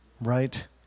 right